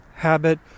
habit